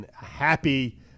happy